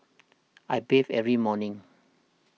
I bathe every morning